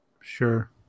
Sure